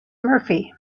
murphy